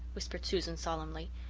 whispered susan solemnly,